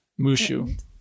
Mushu